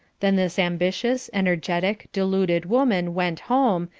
then this ambitious, energetic, deluded woman went home,